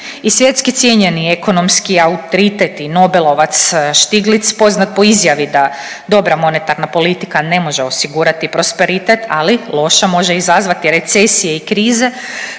I svjetski cijenjeni ekonomski autoritet i nobelovac Stiglic poznat po izjavi da dobra monetarna politika ne može osigurati prosperitet, ali loša može izazvati recesije i krize,